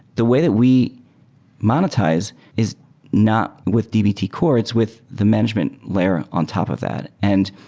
the way that we monetize is not with dbt core. it's with the management layer on top of that. and